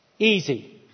Easy